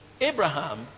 Abraham